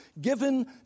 given